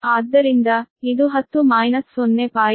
ಆದ್ದರಿಂದ ಇದು 10 0